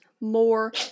more